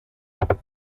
blade